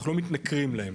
אנחנו לא מתנכרים להם,